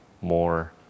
more